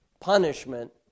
punishment